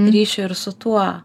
ryšio ir su tuo